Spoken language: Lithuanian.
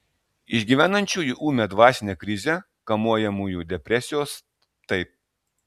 išgyvenančiųjų ūmią dvasinę krizę kamuojamųjų depresijos taip